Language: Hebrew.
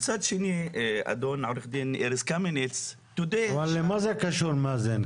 מצד שני אדון עו"ד ארז קמיניץ --- אבל למה זה קשור מאזן,